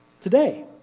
Today